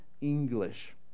English